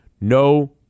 No